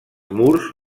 murs